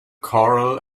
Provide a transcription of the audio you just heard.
choral